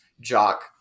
jock